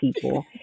people